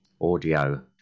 audio